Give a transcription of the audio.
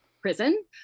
prison